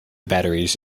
batteries